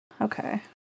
Okay